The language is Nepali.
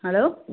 हेलो